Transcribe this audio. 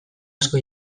asko